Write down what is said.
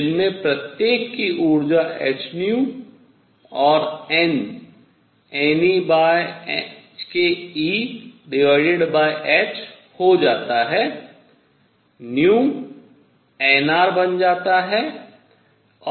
जिनमें प्रत्येक की ऊर्जा hν और n h हो जाता है nR बन जाता है